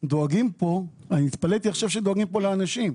דואגים פה, אני התפלאתי עכשיו שדואגים פה לאנשים.